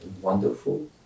wonderful